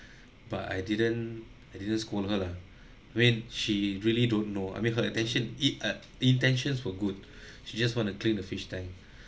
but I didn't I didn't scold her lah when she really don't know I mean her attention it uh intentions were good she just want to clean the fish tank